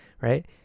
right